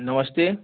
नमस्ते